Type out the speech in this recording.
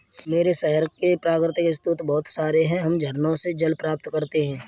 मेरे शहर में जल के प्राकृतिक स्रोत बहुत सारे हैं हम झरनों से जल प्राप्त करते हैं